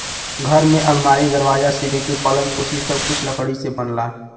घर में अलमारी, दरवाजा से लेके पलंग, कुर्सी सब कुछ लकड़ी से बनला